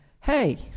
hey